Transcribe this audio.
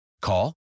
Call